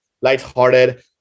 lighthearted